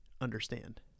understand